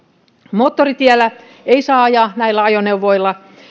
moottoritiellä ei saa ajaa näillä ajoneuvoilla